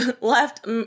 left